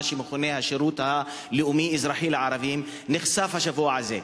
שמכונה השירות הלאומי-אזרחי לערבים שנחשף השבוע הזה,